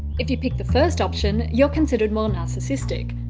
if you picked the first option, you're considered more narcissistic.